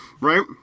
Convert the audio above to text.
right